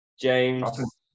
James